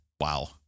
wow